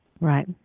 Right